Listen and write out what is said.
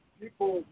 people